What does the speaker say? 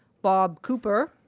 bob cooper,